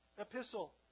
epistle